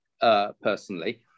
personally